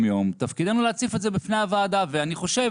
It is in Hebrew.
יום תפקידנו להציף את זה בפני הוועדה ואני חושב